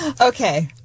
Okay